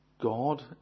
God